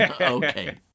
Okay